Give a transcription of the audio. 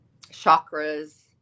chakras